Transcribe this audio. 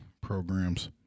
programs